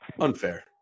Unfair